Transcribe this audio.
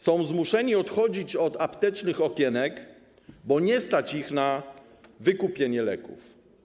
Są oni zmuszeni odchodzić od aptecznych okienek, bo nie stać ich na wykupienie leków.